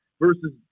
versus